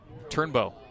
Turnbow